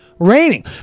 raining